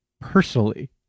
personally